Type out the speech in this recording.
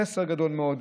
חסר גדול מאוד.